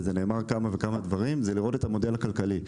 וזה נאמר כמה וכמה פעמים זה המודל הכלכלי.